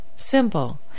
simple